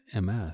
MS